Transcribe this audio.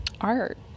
art